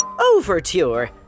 Overture